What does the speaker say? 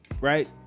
right